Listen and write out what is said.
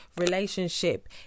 relationship